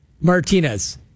Martinez